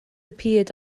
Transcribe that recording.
appeared